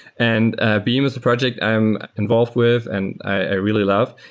and ah beam is a project i'm involved with and i really love.